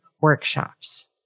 workshops